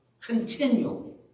continually